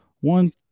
one